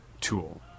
tool